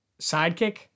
sidekick